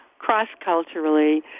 Cross-culturally